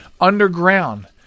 underground